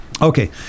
okay